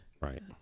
right